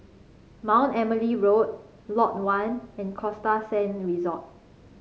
Mount Emily Road Lot One and Costa Sands Resort